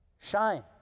shine